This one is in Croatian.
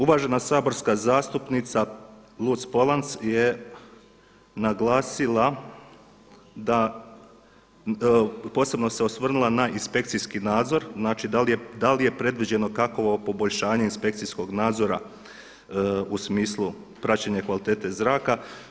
Uvažena saborska zastupnica Luc-POlanc je naglasila da posebno se osvrnula na inspekcijski nadzor, znači da li je predviđeno kakvo poboljšanje inspekcijskog nadzora u smislu praćenja kvalitete zraka.